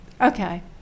Okay